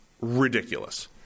ridiculous